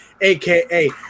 aka